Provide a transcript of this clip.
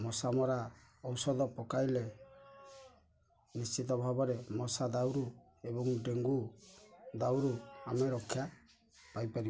ମଶାମରା ଔଷଧ ପକାଇଲେ ନିଶ୍ଚିତ ଭାବରେ ମଶା ଦାଉରୁ ଏବଂ ଡେଙ୍ଗୁ ଦାଉରୁ ଆମେ ରକ୍ଷା ପାଇପାରିବା